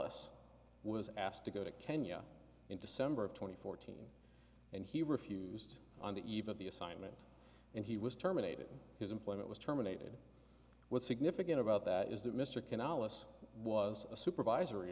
is was asked to go to kenya in december of twenty fourteen and he refused on the eve of the assignment and he was terminated his employment was terminated was significant about that is that mr canalis was a supervisory